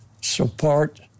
support